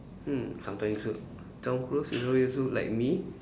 mm sometimes Tom Cruise you know he look like me